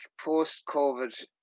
post-Covid